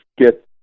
get